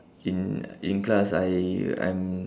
in in class I I'm